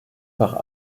par